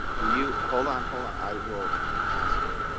ah you hold on. hold on. i will ask it.